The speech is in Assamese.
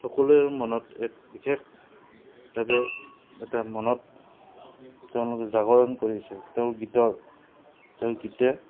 সকলোৰে মনত এক বিশেষভাৱে এটা মনত তেওঁলোকে জাগৰণ কৰিছে তেওঁৰ গীতৰ তেওঁৰ গীতে